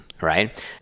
right